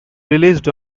released